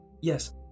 Yes